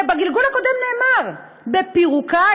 ובגלגול הקודם נאמר: בפירוקה,